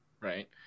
right